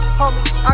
homies